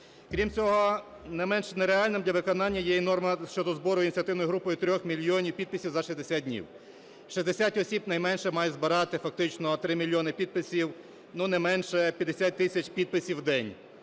Крім цього, не менше нереальним для виконання є і норма щодо збору ініціативною групою 3 мільйонів підписів за 60 днів. 60 осіб найменше має збирати фактично 3 мільйони підписів, ну, не менше 50 тисяч підписів в день,